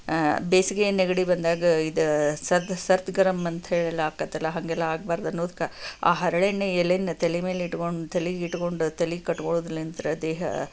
ಬೇಸಿಗೆ ನೆಗಡಿ ಬಂದಾಗ ಇದ ಸದ್ ಸರ್ತ್ ಗರಂ ಅಂತ ಹೇಳಿ ಎಲ್ಲ ಆಕ್ತೈತಲ್ಲ ಹಾಗೆಲ್ಲ ಆಗಬಾರದು ಅನ್ನೂದ್ಕ ಆ ಹರಳೆಣ್ಣೆ ಎಲೆಯನ್ನ ತಲೆ ಮೇಲೆ ಇಟ್ಟುಕೊಂಡು ತಲೆಗೆ ಇಟ್ಟುಕೊಂಡು ತಲೆಗೆ ಕಟ್ಟ್ಕೊಳ್ಳೋದಲಿಂತ್ರ ದೇಹ